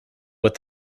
what